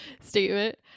statement